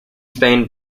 spain